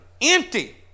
Empty